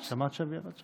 שמעת שאבי עבד שם?